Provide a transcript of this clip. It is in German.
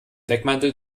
deckmantel